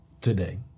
Today